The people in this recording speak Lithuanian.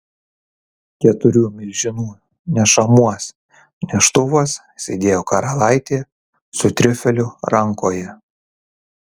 keturių milžinų nešamuos neštuvuos sėdėjo karalaitė su triufeliu rankoje